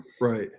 Right